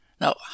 Now